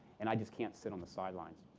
and i just can't sit on the sidelines.